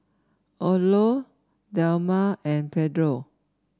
Odlo Dilmah and Pedro